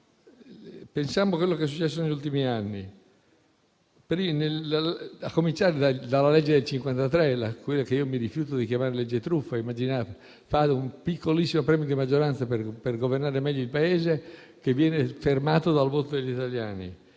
solo. Pensiamo a quello che è successo negli ultimi anni, a cominciare dalla legge del 1953, quella che io mi rifiuto di chiamare legge truffa, che prevedeva un piccolissimo premio di maggioranza per governare meglio il Paese, che è stata fermata dal voto degli italiani.